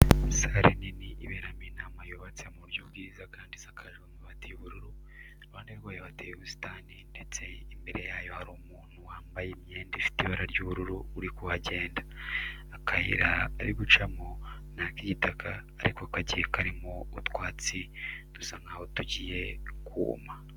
Sare nini iberamo inama yubatse mu buryo bwiza kandi isakajwe amabati y'ubururu, iruhande rwayo hateye ubusitani ndetse imbere yayo hari umuntu wambaye imyenda ifite ibara ry'ubururu uri kuhagenda. Akayira ari gucamo ni ak'igitaka ariko kagiye karimo utwatsi dusa nkaho tugiye kuma.